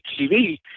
TV